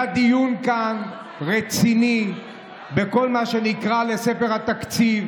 היה כאן דיון רציני בכל מה שנקרא ספר התקציב,